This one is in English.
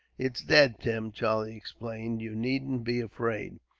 it is dead, tim, charlie exclaimed. you needn't be afraid.